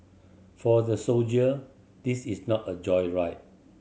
for the soldier this is not a joyride